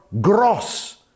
gross